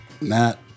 Matt